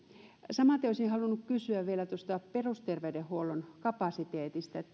samaten olisin halunnut kysyä vielä tuosta perusterveydenhuollon kapasiteetista